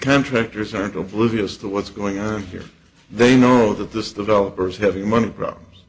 contractors aren't of livia's the what's going on here they know that this developers having money problems